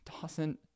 Dawson